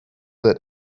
that